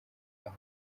aho